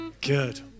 Good